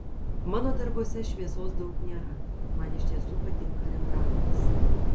mano darbuose šviesos daug nėra man iš tiesų patinka rembrandtas